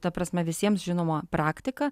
ta prasme visiems žinoma praktika